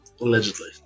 Allegedly